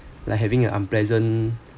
like having an unpleasant